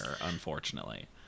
unfortunately